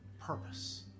purpose